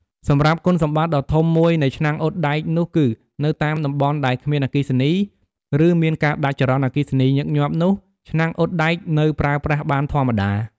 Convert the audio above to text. សម្រាប់គុណសម្បត្តិដ៏ធំមួយនៃឆ្នាំងអ៊ុតដែកនោះគឺ នៅតាមតំបន់ដែលគ្មានអគ្គិសនី ឬមានការដាច់ចរន្តអគ្គិសនីញឹកញាប់នោះ ឆ្នាំងអ៊ុតដែកនៅប្រើប្រាស់បានធម្មតា។